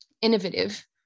innovative